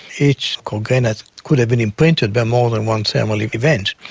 each core granite could have been imprinted by more than one thermal event.